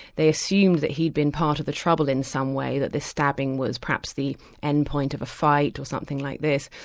they assumed that he'd been part of the trouble in some way, that the stabbing was perhaps the end point of a fight, or something like this,